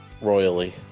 Royally